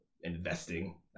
investing